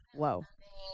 whoa